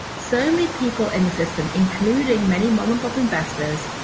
so many people in the system, including many mom and pop investors,